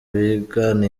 bigana